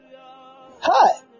Hi